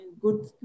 good